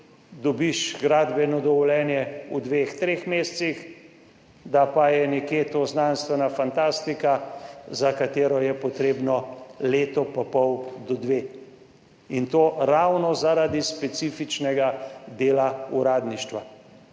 dobiš gradbeno dovoljenje v dveh, treh mesecih, da pa je nekje to znanstvena fantastika, za katero je potrebno leto pa pol do dve in to ravno zaradi specifičnega dela uradništva.